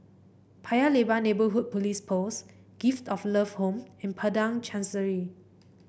Paya Lebar Neighbourhood Police Post Gift of Love Home and Padang Chancery